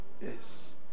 Yes